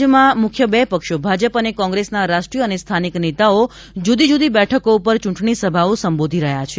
રાજ્યમાં મુખ્ય બે પક્ષો ભાજપ અને કોંગ્રેસના રાષ્ટ્રીય અને સ્થાનિક નેતાઓ જૂદી જૂદી બેઠકો ઉપર ચૂંટણીસભાઓ સંબોધી રહ્યાં છે